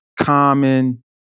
common